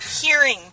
hearing